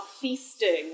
feasting